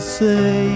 say